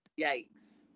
Yikes